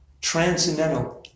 transcendental